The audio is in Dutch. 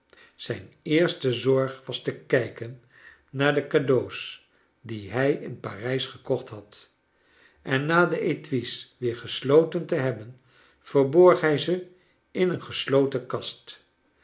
zijn eerste zorg was te kijken naar de cadeaux die hij in parrjs gekocht had en na de etuis weer gesloten te hebben verborg hij ze in een gesloten kast